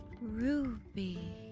Ruby